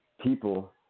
people